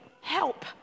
help